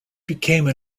become